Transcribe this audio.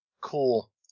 Cool